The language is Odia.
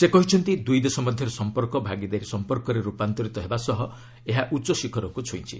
ସେ କହିଛନ୍ତି ଦୁଇ ଦେଶ ମଧ୍ୟରେ ସମ୍ପର୍କ ଭାଗିଦାରୀ ସମ୍ପର୍କରେ ରୂପାନ୍ତରିତ ହେବା ସହ ଏହା ଉଚ୍ଚଶିଖରକୁ ଛୁଇଁଛି